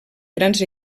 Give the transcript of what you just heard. grans